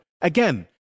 Again